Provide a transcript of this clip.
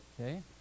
Okay